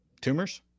Tumors